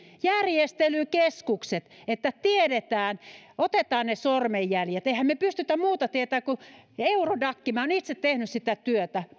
järjestelykeskukset että tiedetään ja otetaan ne sormenjäljet emmehän me pysty muuta tietämään mutta pari minuuttia eurodacia minä olen itse tehnyt sitä työtä